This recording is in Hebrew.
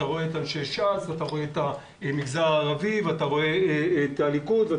אתה רואה את אנשי ש"ס ואתה רואה את המגזר הערבי ואתה רואה את הליכוד.